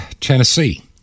Tennessee